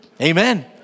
Amen